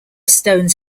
stones